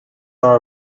are